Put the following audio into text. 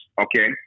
Okay